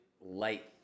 light